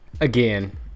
Again